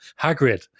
hagrid